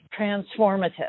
transformative